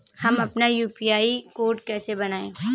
हम अपना UPI code कैसे बनाएँ?